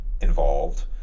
involved